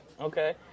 okay